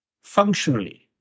functionally